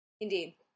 Indeed